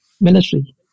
military